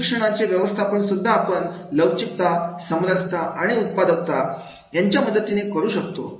प्रशिक्षणाचे व्यवस्थापन सुद्धा आपण लवचिकता समरसता आणि उत्पादन का यांच्या मदतीने करू शकतो